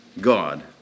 God